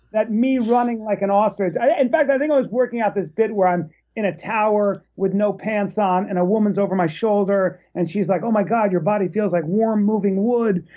that me running like an ostrich in fact, i think i was working out this bit where i'm in a tower with no pants on, and a woman's over my shoulder, and she's like, oh, my god, your body feels like warm moving wood.